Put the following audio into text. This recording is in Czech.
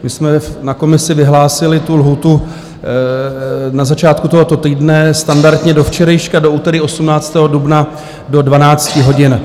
My jsme na komisi vyhlásili lhůtu na začátku tohoto týdne standardně do včerejška do úterý 18. dubna do 12 hodin.